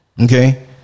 Okay